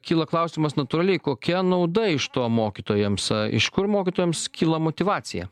kyla klausimas natūraliai kokia nauda iš to mokytojams iš kur mokytojams kyla motyvacija